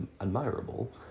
admirable